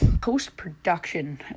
Post-production